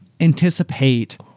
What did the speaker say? anticipate